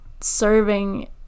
serving